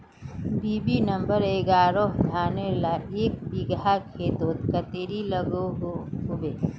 BB number एगारोह धानेर ला एक बिगहा खेतोत कतेरी लागोहो होबे?